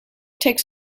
takes